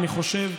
אני חושב.